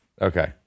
Okay